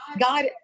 God